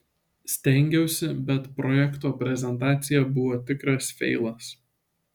stengiausi bet projekto prezentacija buvo tikras feilas